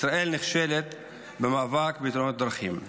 ישראל נכשלת במאבק בתאונות הדרכים.